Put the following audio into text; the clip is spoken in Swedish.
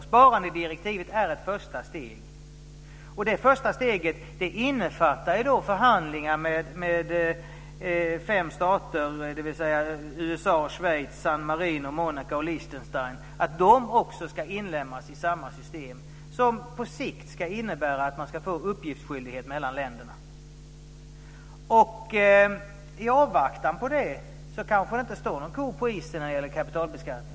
Sparandedirektivet är ett första steg, som innefattar förhandlingar med fem stater, dvs. USA, Schweiz, San Marino, Monaco och Lichtenstein, om att de också ska inlemmas i samma system. På sikt ska systemet innebära att man ska få uppgiftsskyldighet mellan länderna. I avvaktan på detta kanske det inte är någon ko på isen när det gäller kapitalbeskattning.